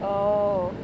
oh